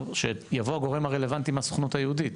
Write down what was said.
שיבוא הגורם הרלבנטי מהסוכנות היהודית,